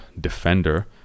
Defender